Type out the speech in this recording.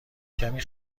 کمی